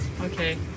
Okay